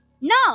No